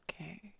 Okay